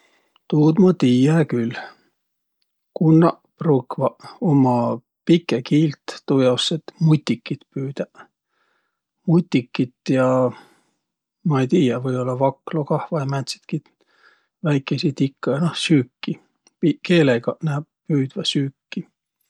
Tuud ma tiiäq külh. Kunnaq pruukvaq umma pikkä kiilt tuujaos, et mutikit püüdäq. Mutikit ja, ma ei tiiäq, või-ollaq vaklo kah vai määntsitki väikeisi tikõ, noh, süüki. Keelegaq nä püüdväq süüki.